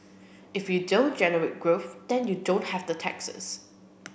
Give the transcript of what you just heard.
if you don't generate growth then you don't have the taxes